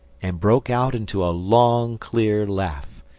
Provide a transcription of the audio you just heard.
and broke out into a long clear laugh,